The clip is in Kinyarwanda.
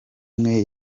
imwe